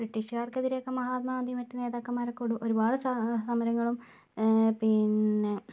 ബ്രിട്ടീഷുകാർക്കെതിരെ മഹാത്മാഗാന്ധിയും മറ്റു നേതാക്കന്മാരൊക്കെ ഒരുപാട് സാ സമരങ്ങളും പിന്നെ